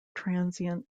transient